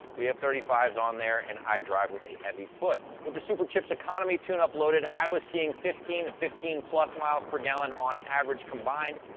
we have thirty five s on there and i drive with a heavy foot. with the superchips economy tune-up loaded, i was seeing fifteen to fifteen plus miles per gallon on average, combined.